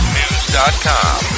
news.com